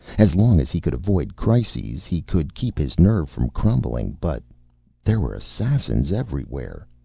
as long as he could avoid crises, he could keep his nerve from crumbling, but there were assassins everywhere!